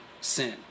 sin